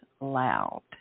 Loud